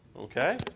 okay